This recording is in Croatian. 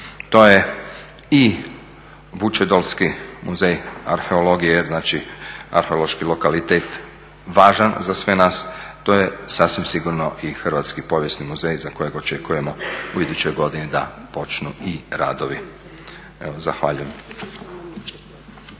to je i Vučedolski muzej arheologije znači arheološki lokalitet važan za sve nas, to je sasvim sigurno i Hrvatski povijesni muzej za kojeg očekujemo u idućoj godini da počnu i radovi. Evo zahvaljujem.